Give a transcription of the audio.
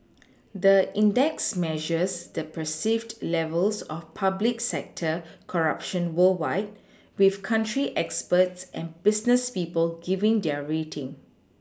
the index measures the perceived levels of public sector corruption worldwide with country experts and business people giving their rating